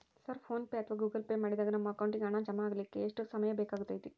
Sir PhonePe ಅಥವಾ Google pay ಮಾಡಿದಾಗ ನಮ್ಮ ಅಕೌಂಟಿಗೆ ಹಣ ಜಮಾ ಆಗಲಿಕ್ಕೆ ಎಷ್ಟು ಸಮಯ ಬೇಕಾಗತೈತಿ?